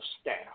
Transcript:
staff